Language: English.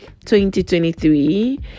2023